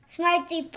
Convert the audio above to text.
Smarty